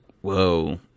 whoa